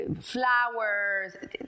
flowers